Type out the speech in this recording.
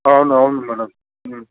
అవును అవును మేడం